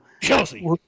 Chelsea